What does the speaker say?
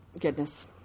goodness